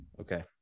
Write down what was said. okay